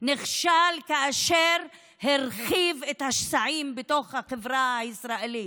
נכשל כאשר הרחיב את השסעים בתוך החברה הישראלית.